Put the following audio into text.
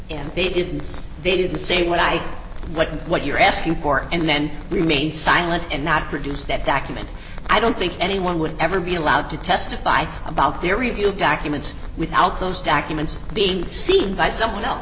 and they didn't they didn't say what i like and what you're asking for and then remain silent and not produce that document i don't think anyone would ever be allowed to testify about their reveal vacuum and without those documents being seen by someone else